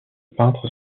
peintre